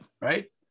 Right